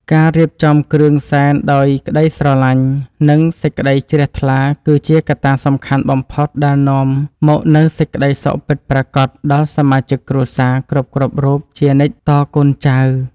ការរៀបចំគ្រឿងសែនដោយក្តីស្រឡាញ់និងសេចក្តីជ្រះថ្លាគឺជាកត្តាសំខាន់បំផុតដែលនាំមកនូវសេចក្តីសុខពិតប្រាកដដល់សមាជិកគ្រួសារគ្រប់ៗរូបជានិច្ចតកូនចៅ។